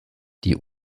die